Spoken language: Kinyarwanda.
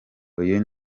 uyu